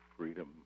freedom